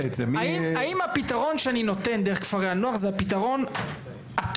האם הפתרון שאני נותן דרך כפרי הנוער זה הפתרון הטוב,